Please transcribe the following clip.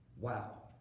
Wow